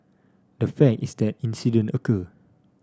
the fact is that incident occurred